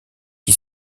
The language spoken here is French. qui